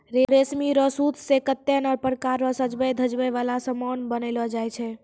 रेशमी रो सूत से कतै नै प्रकार रो सजवै धजवै वाला समान बनैलो जाय छै